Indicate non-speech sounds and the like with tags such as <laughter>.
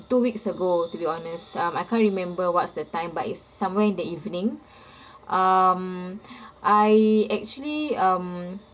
two weeks ago to be honest um I can't remember what's the time but it's somewhere in the evening <breath> um <breath> I actually um